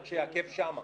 רק שיעכב שם.